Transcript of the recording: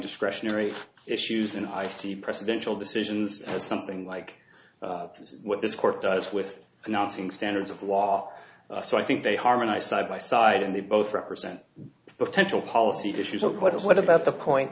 discretionary issues and i see presidential decisions as something like this is what this court does with announcing standards of law so i think they harmonize side by side and they both represent the potential policy issues but what about the point